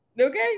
Okay